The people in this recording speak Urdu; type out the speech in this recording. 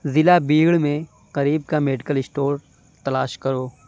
ضلع بیڑ میں قریب کا میڈیکل اسٹور تلاش کرو